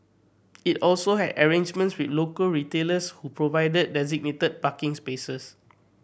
it also had arrangements with local retailers who provided designated parking spaces